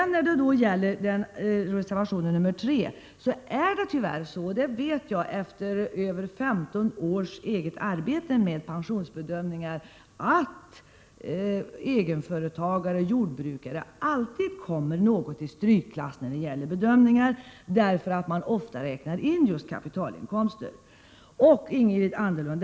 När det sedan gäller reservation 3 är det tyvärr så — det vet jag efter mer än 15 års eget arbete med pensionsbedömningar — att egenföretagare och jordbrukare alltid kommer något i strykklass därför att kapitalinkomster räknas in i underlaget.